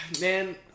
Man